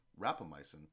rapamycin